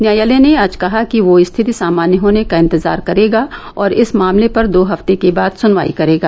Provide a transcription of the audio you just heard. न्यायालय ने आज कहा कि वह स्थिति सामान्य होने का इंतजार करेगा और इस मामले पर दो हफ्ते के बाद सनवाई करेगा